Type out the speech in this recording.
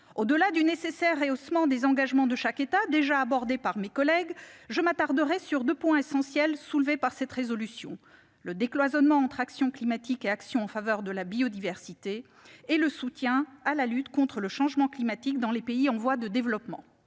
Au-delà du nécessaire rehaussement des engagements de chaque État, déjà abordé par mes collègues, je m'attarderai sur deux points essentiels soulevés dans cette proposition de résolution : le décloisonnement entre action climatique et action en faveur de la biodiversité et le soutien à la lutte contre le changement climatique dans les pays en voie de développement.